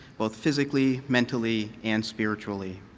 both physically, mentally, and spiritually.